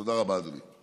תודה רבה, אדוני.